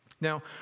Now